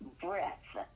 breath